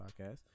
Podcast